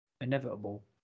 inevitable